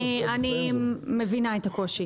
אני מבינה את הקושי.